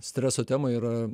streso tema yra